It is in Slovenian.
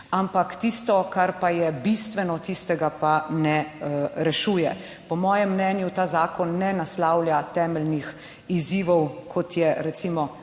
ampak tisto, kar pa je bistveno, tistega pa ne rešuje. Po mojem mnenju ta zakon ne naslavlja temeljnih izzivov, kot je recimo